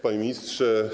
Panie Ministrze!